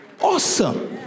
awesome